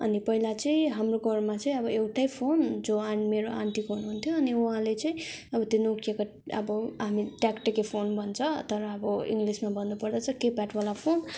अनि पहिला चाहिँ हाम्रो घरमा चाहिँ अब एउटै फोन जो आन मेरो आन्टीको हुनुहुन्थ्यो अनि उहाँले चाहिँ अब त्यो नोकियाको अब हामी ट्याकट्याके फोन भन्छ तर अब इङ्गलिसमा भन्नुपर्दा चाहिँ किप्याडवाला फोन